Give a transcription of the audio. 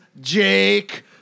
Jake